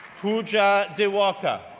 pooja diwakar,